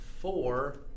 Four